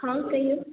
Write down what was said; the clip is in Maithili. हाँ कहियौ